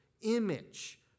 image